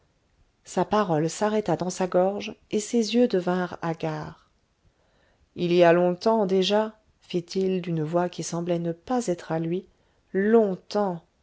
sa parole s'arrêta dans sa gorge et ses yeux devinrent hagards il y a longtemps déjà fit-il d'une voix qui semblait ne pas être à lui longtemps